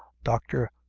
dr.